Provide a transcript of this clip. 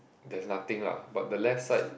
there is nothing lah but the left side